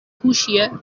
هوشیه